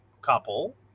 couple